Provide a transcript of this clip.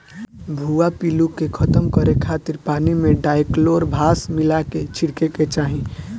भुआ पिल्लू के खतम करे खातिर पानी में डायकलोरभास मिला के छिड़के के चाही